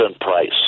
Price